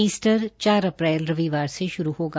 Easter चार अप्रैल रविवार से श्रू होगा